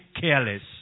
careless